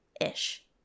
ish